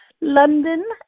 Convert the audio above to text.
London